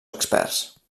experts